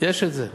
יש דבר כזה.